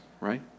right